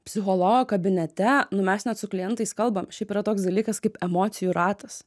psichologo kabinete nu mes net su klientais kalbam šiaip yra toks dalykas kaip emocijų ratas